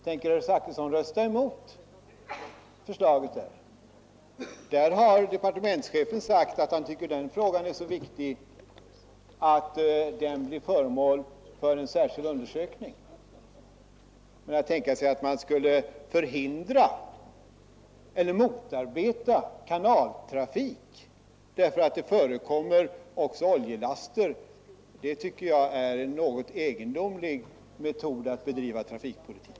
Tänker herr Zachrisson rösta emot förslaget där? Departementschefen har sagt att han anser den frågan så viktig att den bör bli föremål för en särskild undersökning. Men att tänka sig att man skulle förhindra eller motarbeta kanaltrafik därför att det också förekommer oljelaster — det tycker jag är en något egendomlig metod att bedriva trafikpolitik.